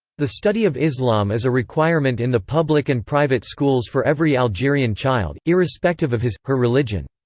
the study of islam is a requirement in the public and private schools for every algerian child, irrespective of his her religion.